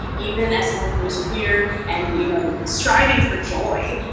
even as someone who's queer, and you know striving for joy.